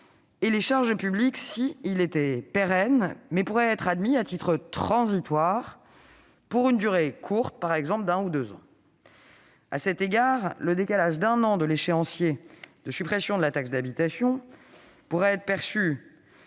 et les charges publiques, mais pourrait être admis à titre transitoire « pour une durée courte, par exemple d'un ou deux ans ». Ainsi, le décalage d'un an de l'échéancier de suppression de la taxe d'habitation pourrait être perçu